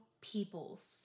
peoples